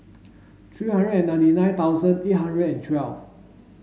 three hundred and ninety nine thousand eight hundred and twelve